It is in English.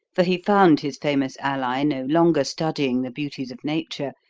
for he found his famous ally no longer studying the beauties of nature,